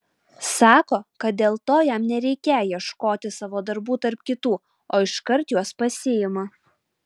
sako kad dėl to jam nereikią ieškoti savo darbų tarp kitų o iškart juos pasiima